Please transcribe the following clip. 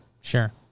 Sure